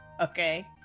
okay